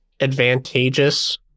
advantageous